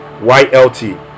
YLT